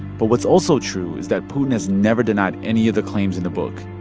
but what's also true is that putin has never denied any of the claims in the book.